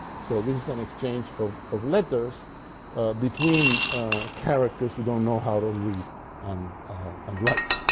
so this is an exchange of of letters between characters who don't know how to read um and write.